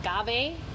agave